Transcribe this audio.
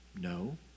No